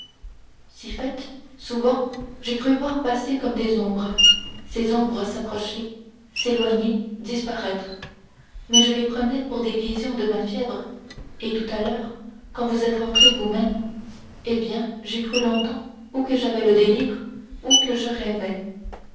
si fait souvent j'ai cru voir passer comme des ombres ces ombres s'approcher s'éloigner disparaître mais je les prenais pour des visions de ma fièvre et tout à l'heure quand vous êtes entré vous-même eh bien j'ai cru longtemps ou que j'avais le délire ou que je rêvais